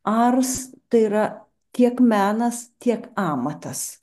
ars tai yra tiek menas tiek amatas